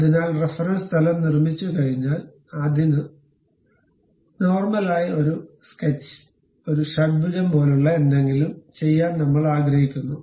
അതിനാൽ റഫറൻസ് തലം നിർമ്മിച്ചുകഴിഞ്ഞാൽ അതിനു നോര്മലായി ഒരു സ്കെച്ച് ഒരു ഷഡ്ഭുജം പോലുള്ള എന്തെങ്കിലും ചെയ്യാൻ നമ്മൾ ആഗ്രഹിക്കുന്നു